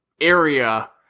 area